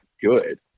good